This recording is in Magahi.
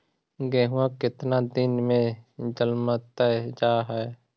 गेहूं केतना दिन में जलमतइ जा है?